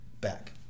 back